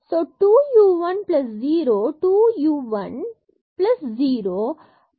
2 u 1 0 2 u 1 so 0